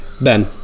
Ben